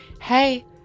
hey